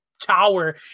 tower